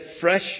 fresh